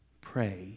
pray